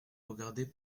regarder